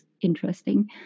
interesting